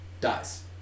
Dies